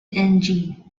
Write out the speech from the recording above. engine